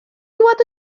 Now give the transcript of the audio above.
dŵad